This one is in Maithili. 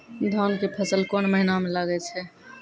धान के फसल कोन महिना म लागे छै?